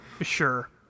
Sure